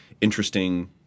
interesting